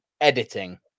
editing